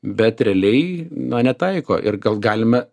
bet realiai na netaiko ir gal galime